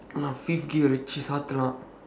oh fifth gear வச்சு சாத்தலாம்:vachsu saaththalaam